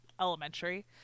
elementary